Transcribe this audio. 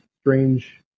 strange